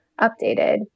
updated